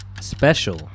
Special